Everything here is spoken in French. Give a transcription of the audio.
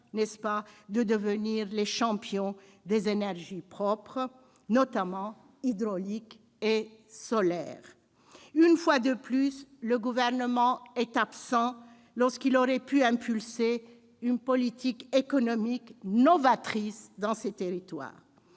de devenir les champions des énergies propres, notamment hydraulique et solaire. Mais, une fois de plus, le Gouvernement est absent là où il aurait pu impulser une politique économique novatrice dans ces territoires.